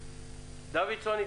דוידסון,